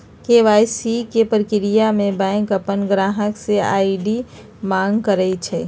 KYC के परक्रिया में बैंक अपन गाहक से आई.डी मांग करई छई